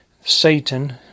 Satan